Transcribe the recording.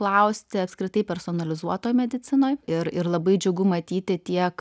klausti apskritai personalizuotoj medicinoj ir ir labai džiugu matyti tiek